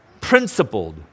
principled